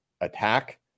attack